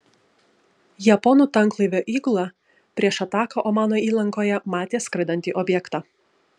japonų tanklaivio įgula prieš ataką omano įlankoje matė skraidantį objektą